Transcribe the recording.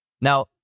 Now